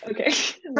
okay